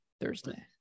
Thursday